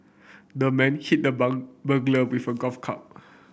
the man hit the burglar with a golf club